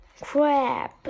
crab